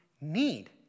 need